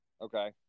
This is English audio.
Okay